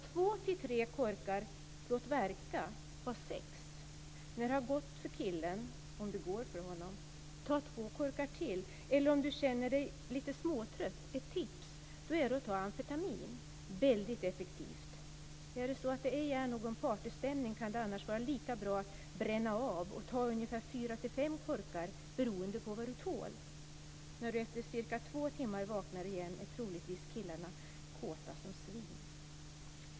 Ta två-tre korkar, låt verka! Ha sex! När det har gått för killen, om det går för honom, ta två korkar till, eller om du känner dig lite småtrött. Ett tips är att ta amfetamin. Väldigt effektivt. Är det så att det ej är någon partystämning kan det annars vara lika bra att bränna av och ta ungefär fyra-fem korkar, beroende på vad du tål. När du efter cirka två timmar vaknar igen är troligtvis killarna kåta som svin.